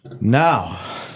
now